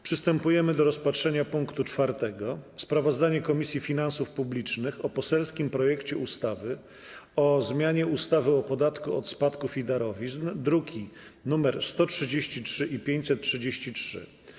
Przystępujemy do rozpatrzenia punktu 4. porządku dziennego: Sprawozdanie Komisji Finansów Publicznych o poselskim projekcie ustawy o zmianie ustawy o podatku od spadków i darowizn (druki nr 133 i 533)